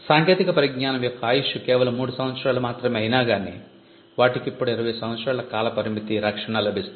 సాంకేతిక పరిజ్ఞానం యొక్క ఆయుష్షు కేవలం 3 సంవత్సరాలు మాత్రమే అయినా గానీ వాటికి ఇప్పుడు 20 సంవత్సరాల కాలపరిమితి లభిస్తుంది